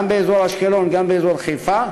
גם באזור אשקלון וגם באזור חיפה,